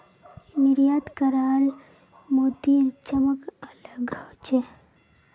निर्यात कराल मोतीर चमक अलग ह छेक